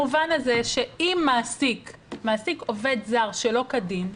אם מעסיק מעסיק עוד זר שלא כדין,